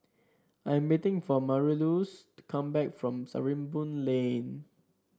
I am waiting for Marylouise to come back from Sarimbun Lane